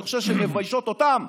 אני חושב שהן מביישות אותם.